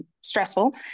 stressful